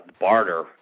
barter